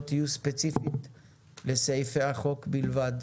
יהיו ספציפית לסעיפי החוק בלבד,